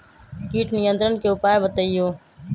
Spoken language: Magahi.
किट नियंत्रण के उपाय बतइयो?